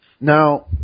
Now